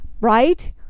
Right